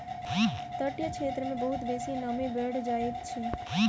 तटीय क्षेत्र मे बहुत बेसी नमी बैढ़ जाइत अछि